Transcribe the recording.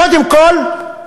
קודם כול,